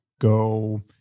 go